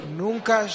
nunca